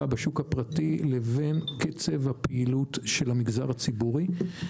בשוק הפרטי לקצב הפעילות של המגזר הציבורי.